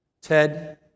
Ted